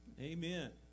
Amen